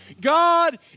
God